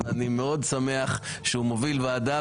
ואני מאוד שמח שהוא מוביל ועדה,